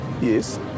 Yes